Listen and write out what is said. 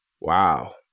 wow